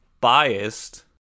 biased